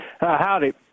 Howdy